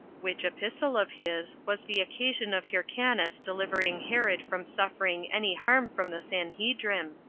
which epistle of his was the occasion of hyrcanus delivering herod from suffering any harm from the sanhedrim,